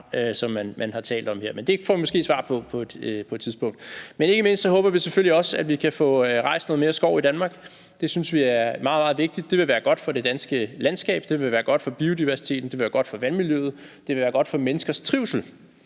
som man har talt om her? Men det får vi måske svar på på et tidspunkt. Men ikke mindst håber vi selvfølgelig også, at vi kan få rejst noget mere skov i Danmark. Det synes vi er meget, meget vigtigt. Det vil være godt for det danske landskab, det vil være godt for biodiversiteten, det vil være godt for vandmiljøet, og det vil være godt for menneskers trivsel,